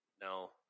no